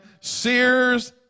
Sears